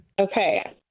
Okay